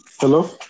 Hello